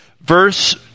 verse